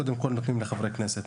קודם כל נותנים לחברי הכנסת.